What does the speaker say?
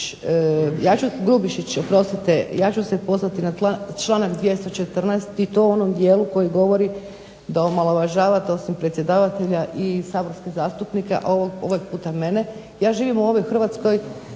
Grubišiću ja ću se pozvati na članak 214. i to u onom dijelu koji govori da omalovažavate osim predsjedavatelja i saborske zastupnike, ovaj puta mene. Ja živim u ovoj Hrvatskoj,